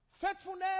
Faithfulness